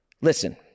Listen